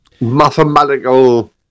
mathematical